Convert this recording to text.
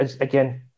again